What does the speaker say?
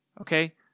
Okay